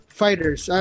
fighters